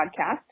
podcast